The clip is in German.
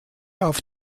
auf